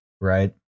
right